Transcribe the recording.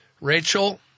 Rachel